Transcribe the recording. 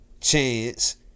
chance